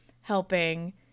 helping